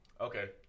okay